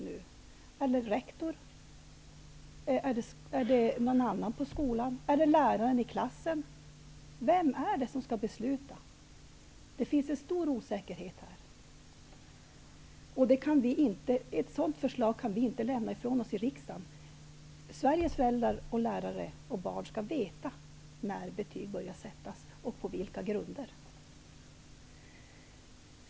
Är det rektorn, någon annan i skolan, läraren i klassen? Vem är det som skall besluta? Det finns en stor osäkerhet här. Ett sådant förslag kan vi inte lämna ifrån oss i riksdagen. Lärare, föräldrar och barn i Sverige skall veta när betyg börjar sättas och på vilka grunder.